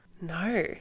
No